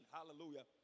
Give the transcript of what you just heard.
Hallelujah